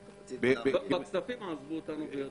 בכספים עזבו אותנו.